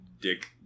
dick